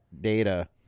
data